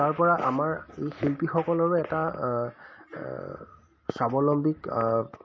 তাৰ পৰা আমাৰ এই শিল্পীসকলৰো এটা স্বাৱলম্বীক